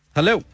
Hello